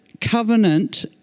covenant